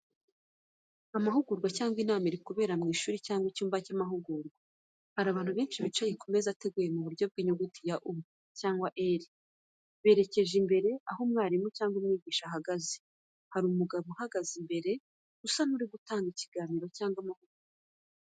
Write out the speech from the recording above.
Amahugurwa cyangwa inama iri kubera mu ishuri cyangwa icyumba cy’amahugurwa. hari abantu benshi bicaye ku meza ateguye mu buryo bw’inyuguti ya “U” cyangwa “L”, berekeje imbere aho umwarimu cyangwa umwigisha ari guhagaze. Hari umugabo uhagaze imbere, usa n’uri gutanga ikiganiro cyangwa amahugurwa.